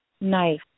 Nice